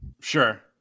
Sure